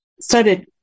started